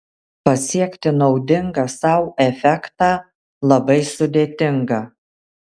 pasiekti naudingą sau efektą labai sudėtinga